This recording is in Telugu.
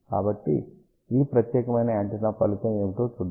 కాబట్టి ఈ ప్రత్యేకమైన యాంటెన్నా ఫలితం ఏమిటో చూద్దాం